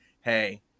hey